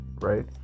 right